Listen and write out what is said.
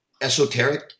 esoteric